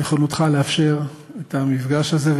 נכונותך לאפשר את המפגש הזה,